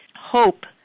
hope